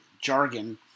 jargon